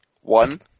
One